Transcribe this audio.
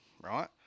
right